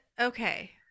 okay